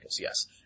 yes